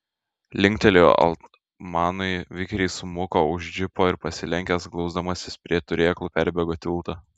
linktelėjo altmanui vikriai smuko už džipo ir pasilenkęs glausdamasis prie turėklų perbėgo tiltą